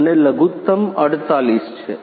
અને લઘુત્તમ 48 છે